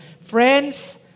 Friends